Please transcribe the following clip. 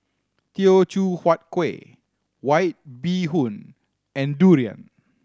Teochew Huat Kuih White Bee Hoon and durian